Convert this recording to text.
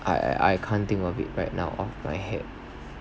I I can't think of it right now off my head